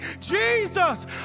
Jesus